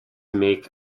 make